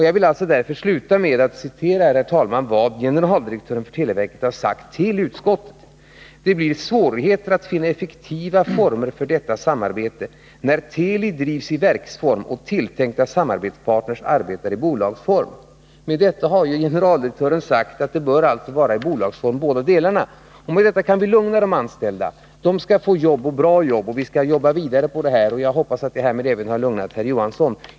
Jag vill därför sluta med att citera vad generaldirektören för televerket har sagt till utskottet: ”Det blir svårigheter att finna effektiva former för detta samarbete när Teli drivs i verksform och tilltänkta samarbetspartners arbetar i bolagsform.” Med detta har generaldirektören sagt att båda delarna bör vara i bolagsform. Med detta kan vi lugna de anställda. De skall få jobb och bra jobb. Vi skall arbeta vidare på detta, och jag hoppas att härmed även ha lugnat herr Rune Johansson.